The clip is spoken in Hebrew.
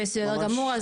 בסדר גמור,